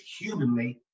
humanly